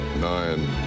nine